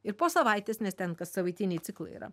ir po savaitės nes ten kassavaitiniai ciklai yra